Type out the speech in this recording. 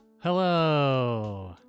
Hello